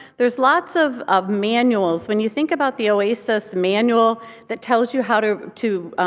there's lots of of manuals. when you think about the oasis manual that tells you how to to